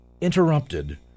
Interrupted